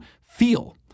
feel